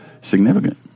significant